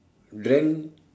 dreamt